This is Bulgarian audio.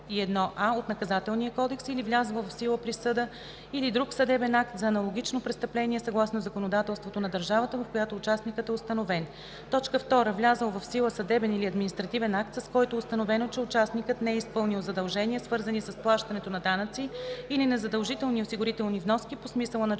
321а от Наказателния кодекс, или влязла в сила присъда или друг съдебен акт за аналогично престъпление съгласно законодателството на държавата, в която участникът е установен; 2. влязъл в сила съдебен или административен акт, с който е установено, че участникът не е изпълнил задължения, свързани с плащането на данъци или на задължителни осигурителни вноски по смисъла на чл.